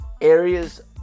areas